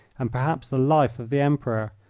and perhaps the life, of the emperor.